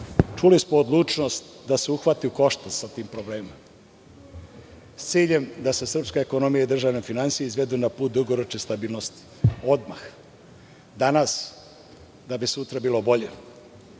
Čuli smo odlučnost da se uhvati u koštac sa tim problemima sa ciljem da se srpska ekonomija i državne finansije izvedu na put dugoročne stabilnosti odmah danas da bi sutra bilo bolje